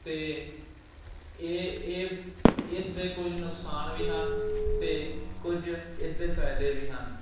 ਅਤੇ ਇਹ ਇਹ ਇਸ ਦੇ ਕੁਝ ਨੁਕਸਾਨ ਵੀ ਹਨ ਅਤੇ ਕੁਝ ਇਸ ਦੇ ਫ਼ਾਇਦੇ ਵੀ ਹਨ